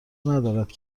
ندارد